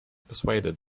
persuaded